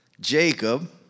Jacob